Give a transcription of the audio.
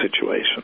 situation